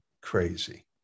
crazy